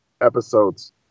episodes